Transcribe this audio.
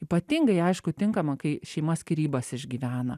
ypatingai aišku tinkama kai šeima skyrybas išgyvena